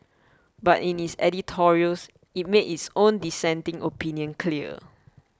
but in its editorials it made its own dissenting opinion clear